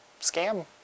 scam